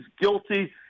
guilty